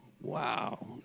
Wow